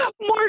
more